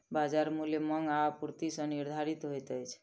बजार मूल्य मांग आ आपूर्ति सॅ निर्धारित होइत अछि